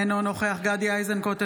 אינו נוכח גדי איזנקוט,